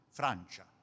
francia